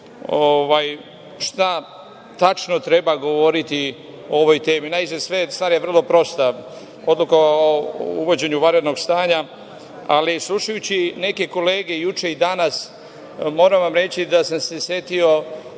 šta tačno treba govoriti o ovoj temi. Naizgled, stvar je vrlo prosta, Odluka o uvođenju vanrednog stanja, ali slušajući neke kolege juče i danas moram vam reći da sam se setio